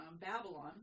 Babylon